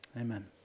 Amen